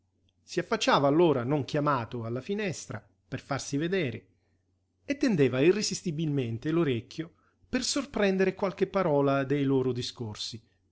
si affacciava allora non chiamato alla finestra per farsi vedere e tendeva irresistibilmente l'orecchio per sorprendere qualche parola dei loro discorsi